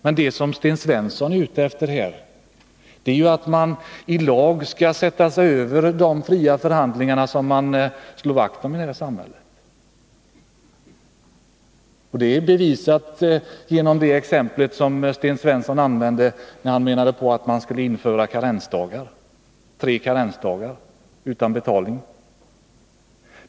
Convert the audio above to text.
Men Sten Svensson är ute efter att man i lag skall sätta sig över de fria förhandlingar som vi slår vakt om i det här samhället. Det är bevisat genom vad Sten Svensson sade om ett införande av tre karensdagar utan betalning.